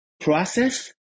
process